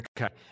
Okay